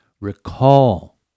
Recall